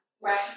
right